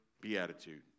beatitude